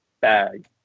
bag